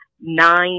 nine